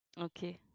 Okay